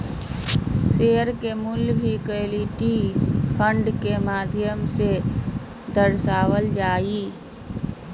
share के मूल्य भी इक्विटी फंड के माध्यम से दर्शावल जा हय